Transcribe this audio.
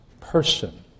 person